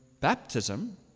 baptism